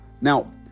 Now